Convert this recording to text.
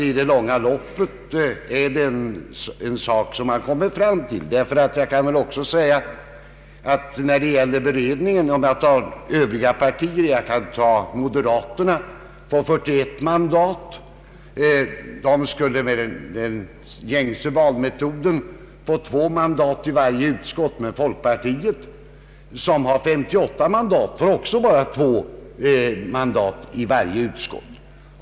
I det långa loppet kommer man säkert fram till att utskottets förslag är riktigt. Vi kan också se på övriga partier. Moderata samlingspartiet, som har fått 41 mandat i riksdagen, skulle med den gängse valmetoden få två mandat i varje utskott, medan folkpartiet, som har 48 mandat i riksdagen, också skulle få bara två mandat i varje utskott.